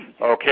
Okay